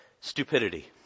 stupidity